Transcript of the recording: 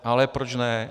Ale proč ne.